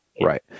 Right